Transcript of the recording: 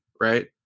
right